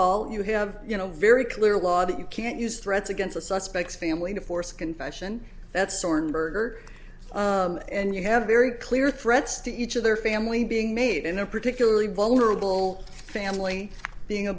all you have you know very clear law that you can't use threats against a suspect family to force a confession that soren berger and you have a very clear threats to each of their family being made in a particularly vulnerable family being a